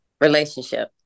relationship